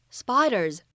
spiders